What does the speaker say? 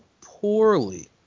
poorly